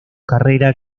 carrera